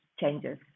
changes